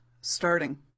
starting